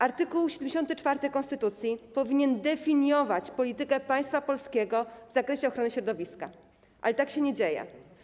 Art. 74 konstytucji powinien definiować politykę państwa polskiego w zakresie ochrony środowiska, ale tak się nie dzieje.